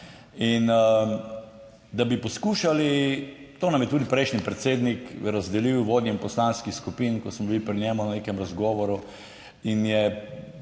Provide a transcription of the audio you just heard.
in da bi poskušali, to nam je tudi prejšnji predsednik razdelil vodjem poslanskih skupin, ko smo bili pri njem na nekem razgovoru in je